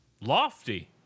lofty